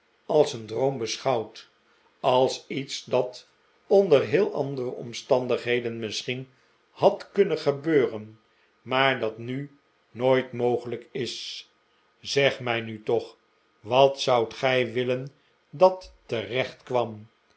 als een droom beschouwd als iets dat onder heel andere omstandigheden misschien had kunnen gebeuren maar dat nu nooit mogelijk is zeg mij nu toch wat zoudt gij willen t dat